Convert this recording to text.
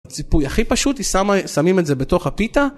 הציפוי הכי פשוט, שמים את זה בתוך הפיתה.